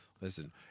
Listen